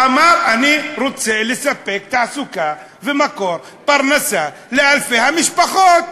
אמר: אני רוצה לספק תעסוקה ומקור פרנסה לאלפי המשפחות.